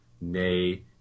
nay